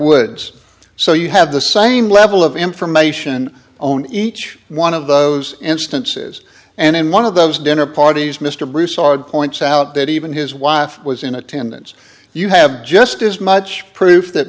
woods so you have the same level of information own each one of those instances and in one of those dinner parties mr broussard points out that even his wife was in attendance you have just as much proof that